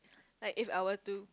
like if I were to